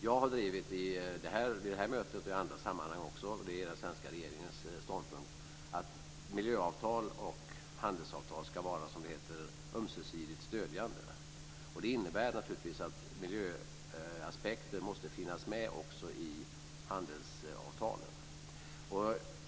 Jag har vid det här mötet och i andra sammanhang också drivit det som är den svenska regeringens ståndpunkt, att miljöavtal och handelsavtal ska vara, som det heter, ömsesidigt stödjande. Det innebär naturligtvis att miljöaspekter måste finnas med också i handelsavtalen.